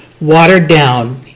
watered-down